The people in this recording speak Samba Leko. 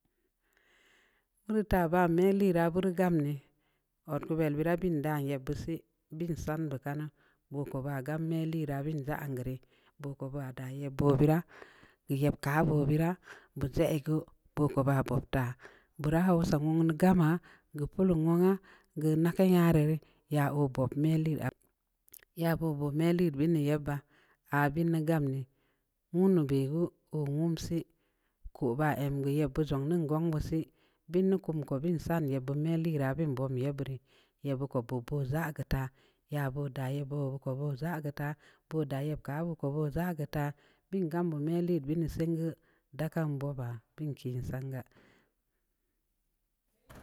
Wunu ta ba'a molii ra buru gam nii ɔee tu bə bii ra bəən doa yeb de sii bəən samde kannu buku ba me lera bəən ndza an gue re buko baa da yob bə bəra yab ka a bo bəra buuka a gue boko ba buupta bura'a hausa wuwun gamma nga pulo wu nga gue nakan yarə rə ya o bub me lii a yao bub bə nii yabba a bəən nə gamm nii wunu bə wa ɔ wum sii ko ba ən nu gunge nu sii bəən nu kuko bəən san ya bəlii ra ye bərə ya buu ko bubbu nza gue taa ya bu da ya buu guba nza geu ta bu da yeb ka ye nza geu ta bəən gamnuu me lii siingue da kan buuba pəən kii n sanga.